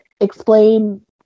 explain